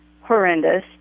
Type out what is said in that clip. horrendous